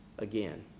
Again